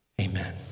Amen